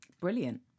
Brilliant